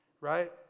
right